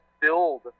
build